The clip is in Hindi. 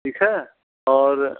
ठीक है और